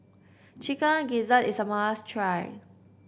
Chicken Gizzard is a must try